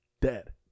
dead